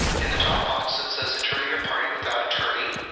in the top box that says attorney or party without attorney,